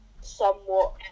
somewhat